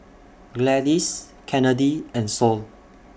Gladis Kennedy and Sol